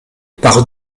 par